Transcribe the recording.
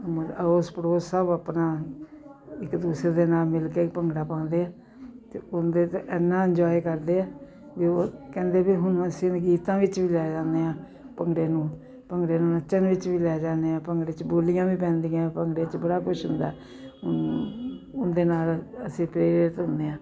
ਮ ਆਸ ਪੜੋਸ ਸਭ ਆਪਣਾ ਇੱਕ ਦੂਸਰੇ ਦੇ ਨਾਲ ਮਿਲ ਕੇ ਭੰਗੜਾ ਪਾਉਂਦੇ ਆ ਅਤੇ ਉਹਦੇ 'ਤੇ ਇੰਨਾ ਇੰਜੋਏ ਕਰਦੇ ਆ ਵੀ ਉਹ ਕਹਿੰਦੇ ਵੀ ਹੁਣ ਅਸੀਂ ਗੀਤਾਂ ਵਿੱਚ ਵੀ ਲੈ ਜਾਂਦੇ ਆ ਭੰਗੜੇ ਨੂੰ ਭੰਗੜੇ ਨੂੰ ਨੱਚਣ ਵਿੱਚ ਵੀ ਲੈ ਜਾਂਦੇ ਆ ਭੰਗੜੇ 'ਚ ਬੋਲੀਆਂ ਵੀ ਪੈਂਦੀਆਂ ਭੰਗੜੇ 'ਚ ਬੜਾ ਕੁਛ ਹੁੰਦਾ ਉਹਦੇ ਨਾਲ ਅਸੀਂ ਪ੍ਰੇਰਿਤ ਹੁੰਦੇ ਹਾਂ